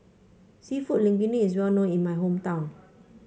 seafood Linguine is well known in my hometown